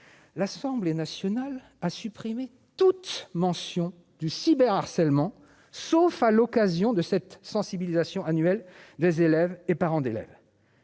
L'Assemblée nationale a supprimé toute mention du cyber harcèlement sauf à l'occasion de cette sensibilisation annuelle des élèves et parents d'élèves.